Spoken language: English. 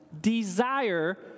desire